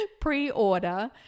pre-order